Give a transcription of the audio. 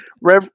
Rev